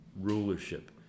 rulership